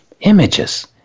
images